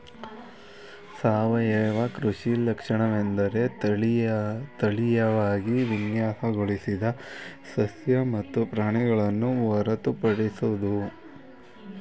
ಸಾವಯವ ಕೃಷಿ ಲಕ್ಷಣವೆಂದರೆ ತಳೀಯವಾಗಿ ವಿನ್ಯಾಸಗೊಳಿಸಿದ ಸಸ್ಯ ಮತ್ತು ಪ್ರಾಣಿಗಳನ್ನು ಹೊರತುಪಡಿಸೋದು